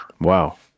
Wow